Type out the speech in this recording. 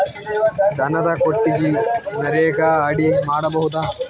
ದನದ ಕೊಟ್ಟಿಗಿ ನರೆಗಾ ಅಡಿ ಮಾಡಬಹುದಾ?